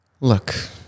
Look